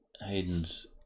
Hayden's